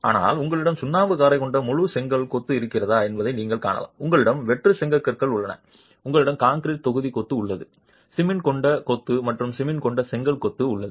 ஆனால் உங்களிடம் சுண்ணாம்பு காரை கொண்ட முழு செங்கல் கொத்து இருக்கிறதா என்பதையும் நீங்கள் காணலாம் உங்களிடம் வெற்று செங்கற்கள் உள்ளன உங்களிடம் கான்கிரீட் தொகுதி கொத்து உள்ளது சிமென்ட் கொண்ட கொத்து மற்றும் சிமென்ட் கொண்ட செங்கல் கொத்து உள்ளது